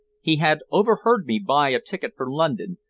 he had overheard me buy a ticket for london,